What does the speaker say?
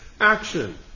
action